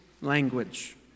language